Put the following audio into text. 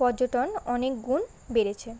পর্যটন অনেক গুণ বেড়েছে